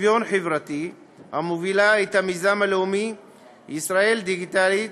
המובילה את המיזם הלאומי ישראל דיגיטלית,